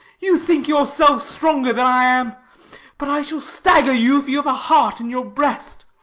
you think yourself stronger than i am but i shall stagger you if you have a heart in your breast.